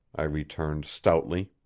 i returned stoutly.